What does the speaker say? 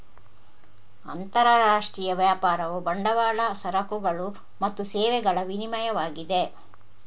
ಅಂತರರಾಷ್ಟ್ರೀಯ ವ್ಯಾಪಾರವು ಬಂಡವಾಳ, ಸರಕುಗಳು ಮತ್ತು ಸೇವೆಗಳ ವಿನಿಮಯವಾಗಿದೆ